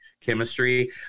chemistry